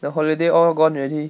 the holiday all gone already